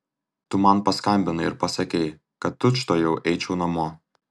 tu man paskambinai ir pasakei kad tučtuojau eičiau namo